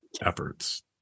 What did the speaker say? efforts